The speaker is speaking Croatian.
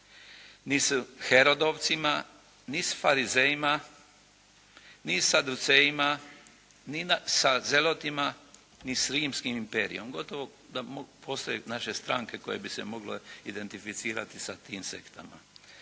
ni s Herodovcima, ni s Farizejima, ni s Aducejima, ni sa Zelotima, ni s limskim imperiom. Gotovo da mogu postaviti naše stranke koje bi se mogle identificirati sa tim sektama.